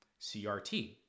CRT